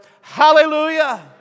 Hallelujah